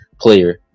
player